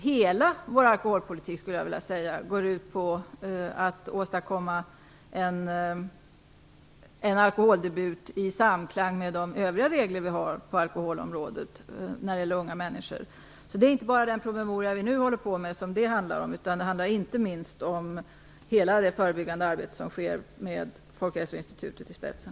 Hela vår alkoholpolitik går ut på att få en alkoholdebut för unga människor i samklang med de övriga regler som vi har på alkoholområdet. Det är inte bara den promemoria som vi håller på med som det handlar om, utan det handlar inte minst om hela det förebyggande arbete som sker med Folkhälsoinstitutet i spetsen.